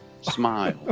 smile